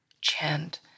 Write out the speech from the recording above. Chant